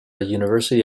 university